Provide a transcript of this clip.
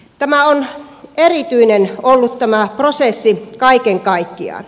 tämä on erityinen ollut tämä prosessi kaiken kaikkiaan